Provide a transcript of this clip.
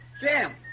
Jim